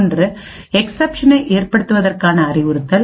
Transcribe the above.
ஒன்று எக்சப்ஷனை ஏற்படுத்துவதற்கான அறிவுறுத்தல்